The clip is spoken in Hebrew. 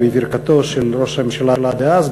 ובברכתו של ראש הממשלה דאז,